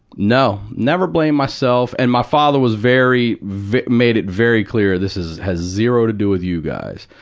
no. never blamed myself. and my father was very very made it very clear, this is has zero to do with you guys.